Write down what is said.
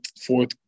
fourth